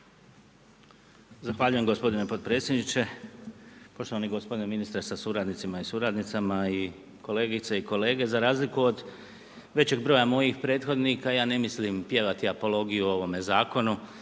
Zahvaljujem gospodine potpredsjedniče, poštovani gospodine ministre sa suradnicima i suradnicama, kolegice i kolege. Za razliku od većeg broja mojih prethodnika, ja ne mislim pjevati apologiju o ovome zakonu,